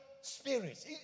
spirits